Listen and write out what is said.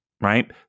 right